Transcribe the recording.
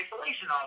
isolation